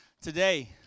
today